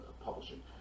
publishing